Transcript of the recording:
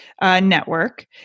network